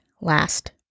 last